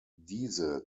diese